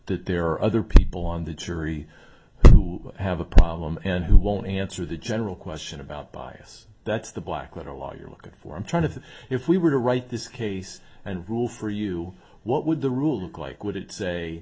that there are other people on the jury who have a problem and who won't answer the general question about bias that's the black letter law you're looking for i'm trying to think if we were to write this case and rule for you what would the rule book like would